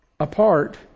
Apart